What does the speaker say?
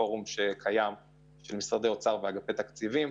פורום שקיים של משרדי אוצר ואגפי תקציבים.